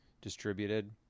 distributed